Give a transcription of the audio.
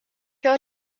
your